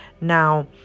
now